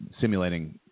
simulating